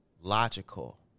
logical